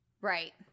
right